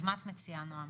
אז מה את מציעה, נעם?